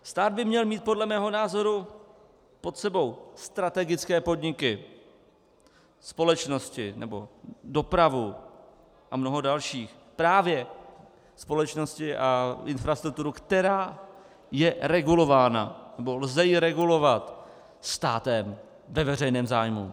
Stát by měl mít podle mého názoru pod sebou strategické podniky, společnosti nebo dopravu a mnoho dalších, právě společnosti a infrastrukturu, která je regulována nebo ji lze regulovat státem ve veřejném zájmu.